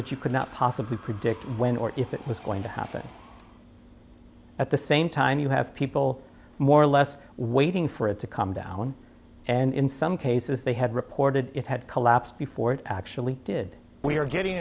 that you could not possibly predict when or if it was going to happen at the same time you have people more or less waiting for it to come down and in some cases they had reported it had collapsed before it actually did we are getting